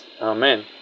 Amen